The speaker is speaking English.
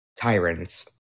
tyrants